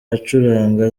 acuranga